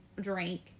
drink